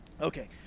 Okay